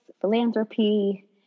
philanthropy